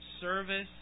service